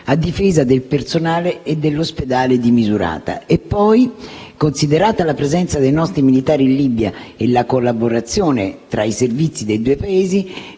a difesa del personale e dell'ospedale di Misurata. Inoltre, considerate la presenza dei nostri militari in Libia e la collaborazione tra i servizi dei due Paesi,